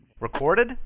recorded